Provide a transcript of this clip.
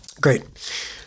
Great